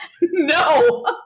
No